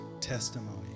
testimony